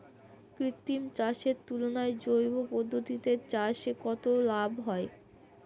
কৃত্রিম চাষের তুলনায় জৈব পদ্ধতিতে চাষে কত লাভ হয়?